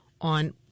on